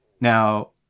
Now